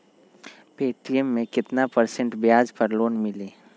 Paytm मे केतना percent ब्याज पर लोन मिली?